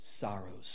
sorrows